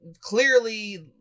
clearly